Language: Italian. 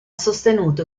sostenuto